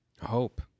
hope